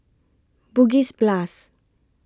Bugis Plus